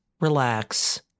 relax